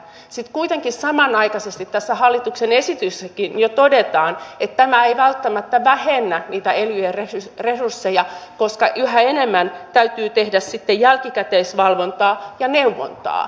sitten kuitenkin samanaikaisesti tässä hallituksen esityksessäkin jo todetaan että tämä ei välttämättä vähennä niitä elyjen resursseja koska yhä enemmän täytyy tehdä sitten jälkikäteisvalvontaa ja neuvontaa